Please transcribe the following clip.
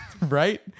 right